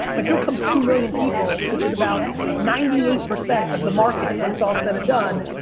but here comes two million people, which is about ninety eight percent of the market when it's all said and done,